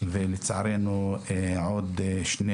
ולצערנו עוד שני